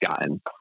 gotten